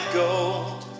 gold